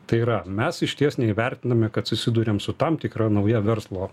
tai yra mes išties neįvertiname kad susiduriam su tam tikra nauja verslo